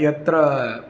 यत्र